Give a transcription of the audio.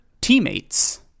teammates